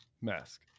mask